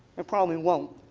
it probably won't.